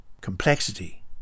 complexity